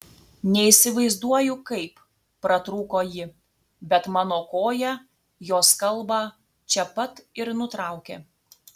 neįsivaizduoju kaip pratrūko ji bet mano koja jos kalbą čia pat ir nutraukė